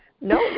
no